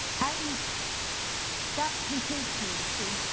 and that intrigues me, you see.